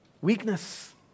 weakness